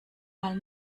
mal